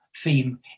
theme